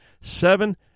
seven